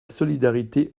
solidarité